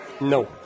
no